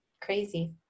Crazy